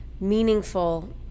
meaningful